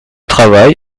travail